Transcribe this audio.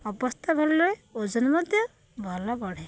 ଅବସ୍ଥା ଭଲ ରହେ ଓଜନ ମଧ୍ୟ ଭଲ ବଢ଼େ